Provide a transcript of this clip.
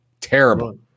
Terrible